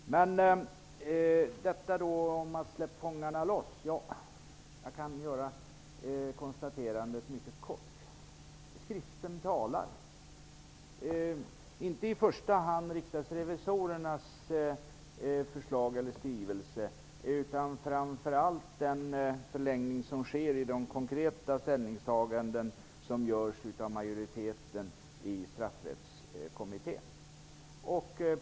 När det gäller detta med "släpp fångarne loss" vill jag göra ett kort konstaterande. Skriften talar. Jag menar inte i första hand riksdagsrevisorernas skrivelse utan framför allt den förlängning i form av konkreta ställningstaganden som görs av majoriteten i Straffrättskommittén.